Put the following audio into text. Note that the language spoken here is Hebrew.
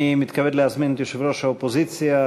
אני מתכבד להזמין את יושב-ראש האופוזיציה,